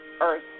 earth